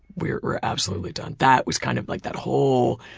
we're we're absolutely done. that was kind of like that whole